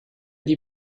die